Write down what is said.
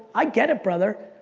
i get it, brother.